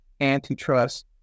antitrust